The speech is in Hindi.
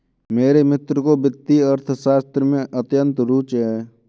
मेरे मित्र को वित्तीय अर्थशास्त्र में अत्यंत रूचि है